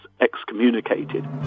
excommunicated